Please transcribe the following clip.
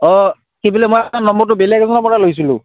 অঁ কি বোলে মই নম্বৰটো বেলেগ এখনৰ পৰা লৈছিলোঁ